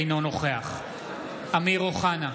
אינו נוכח אמיר אוחנה,